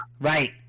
Right